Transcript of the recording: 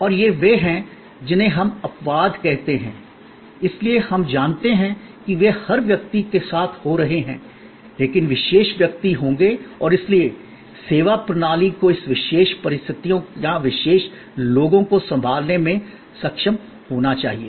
और ये वे हैं जिन्हें हम अपवाद कहते हैं इसलिए हम जानते हैं कि वे हर व्यक्ति के साथ हो रहे हैं लेकिन विशेष व्यक्ति होंगे और इसलिए सेवा प्रणाली को इस विशेष परिस्थितियों या विशेष लोगों को संभालने में सक्षम होना चाहिए